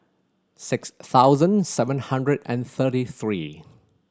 six thousand seven hundred and thirty three